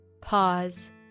pause